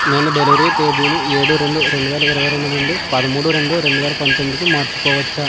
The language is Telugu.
నేను డెలివరీ తేదీని ఏడు రెండు రెండువేల ఇరవైరెండు నుండి పదమూడు రెండు రెండువేల పంతొమ్మిదికి మార్చుకోవచ్చా